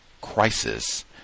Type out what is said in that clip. crisis